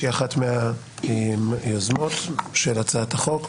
שהיא אחת מהיוזמות של הצעת החוק,